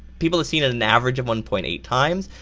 people have seen it an average of one point eight times.